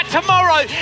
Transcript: tomorrow